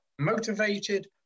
motivated